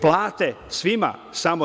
Plate svima samo 10%